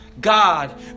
God